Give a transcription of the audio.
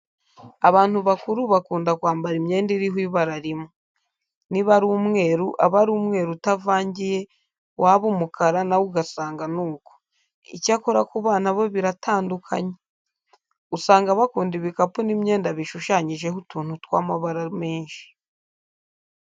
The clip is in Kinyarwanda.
Abantu bakuru bakunda kwambara imyenda iriho ibara rimwe. Niba ari umweru, aba ari umweru utavangiye, waba umukara na wo ugasanga ni uko. Icyakora ku bana bo biratandukanye! Usanga bakunda ibikapu n'ibyenda bishushanyijeho utuntu rw'amabara menshi.